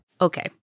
Okay